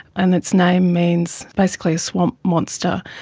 and its name means basically a swamp monster.